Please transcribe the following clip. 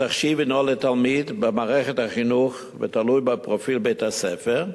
התחשיב הינו לתלמיד במערכת החינוך ותלוי בפרופיל בית-הספר,